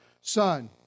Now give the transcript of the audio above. Son